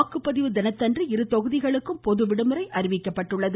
வாக்குப்பதிவு நாளன்று இரு தொகுதிகளுக்கும் பொது விடுமுறை அறிவிக்கப்பட்டுள்ளது